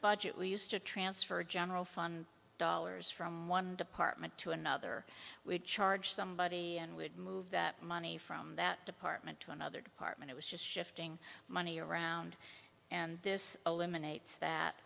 budget we used to transfer general fund dollars from one department to another we'd charge somebody and would move that money from that department to another department it was just shifting money around and this eliminates that